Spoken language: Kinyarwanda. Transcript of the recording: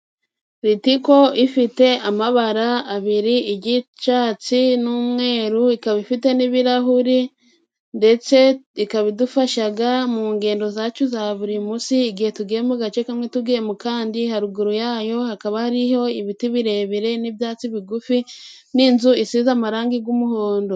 Ritiko ifite amabara abiri iry'icyatsi n'umweru, ikaba ifite n'ibirahuri, ndetse ikaba idufasha mu ngendo zacu za buri munsi, igihe tuvuye mu gace kamwe tugiye mu kandi. Haruguru yayo hakaba hariho ibiti birebire n'ibyatsi bigufi, n'inzu isize amarangi y'umuhondo.